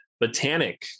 Botanic